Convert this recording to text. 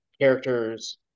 characters